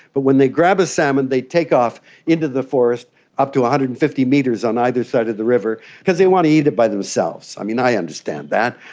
but when they grab a salmon they take off into the forest up to one ah hundred and fifty metres on either side of the river because they want to eat it by themselves. i mean, i understand that.